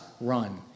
run